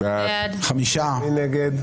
מי נגד?